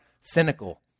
cynical